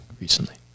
recently